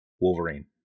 wolverine